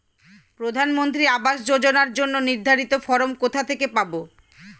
প্রধানমন্ত্রী আবাস যোজনার জন্য নির্ধারিত ফরম কোথা থেকে পাব?